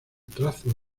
trazo